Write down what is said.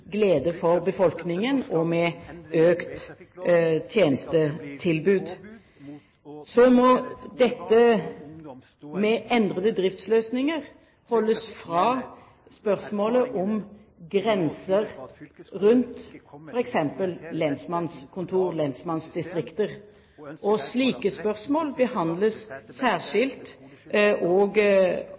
glede for befolkningen, og økt tjenestetilbud. Så må dette med endrede driftsløsninger holdes fra spørsmålet om grenser rundt f.eks. lensmannskontor/lensmannsdistrikter. Slike spørsmål behandles særskilt og